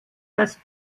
das